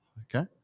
Okay